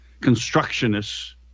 constructionists